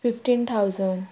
fifteen thousand